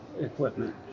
equipment